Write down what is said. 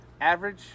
average